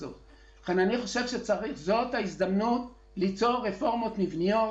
אני חושב שזאת ההזדמנות ליצור רפורמות מבניות,